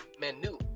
menu